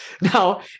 Now